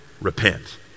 repent